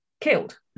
killed